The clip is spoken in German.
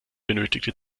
benötigte